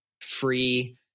free